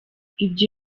ibyo